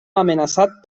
amenaçat